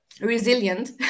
resilient